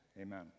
Amen